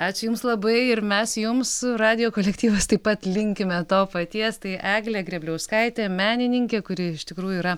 ačiū jums labai ir mes jums radijo kolektyvas taip pat linkime to paties tai eglė grėbliauskaitė menininkė kuri iš tikrųjų yra